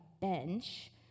bench